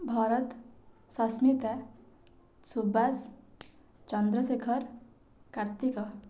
Bharat Sasmita Subash Chandrashekhar Kartik